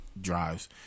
drives